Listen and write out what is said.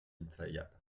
ensayar